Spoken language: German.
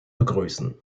begrüßen